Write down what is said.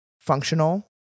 functional